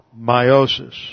meiosis